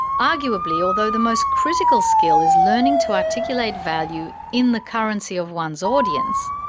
arguably, although the most critical skill is learning to articulate value in the currency of one's audience,